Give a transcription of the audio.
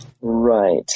Right